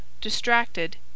distracted